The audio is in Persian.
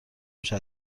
میشه